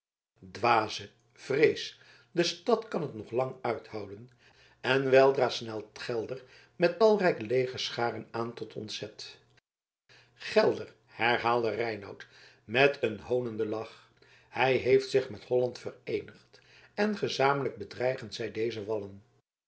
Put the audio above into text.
dwaze vrees de stad kan het nog lang uithouden en weldra snelt gelder met talrijke legerscharen aan tot ontzet gelder herhaalde reinout met een hoonenden lach hij heeft zich met holland vereenigd en gezamenlijk bedreigen zij deze wallen